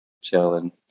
chilling